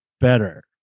better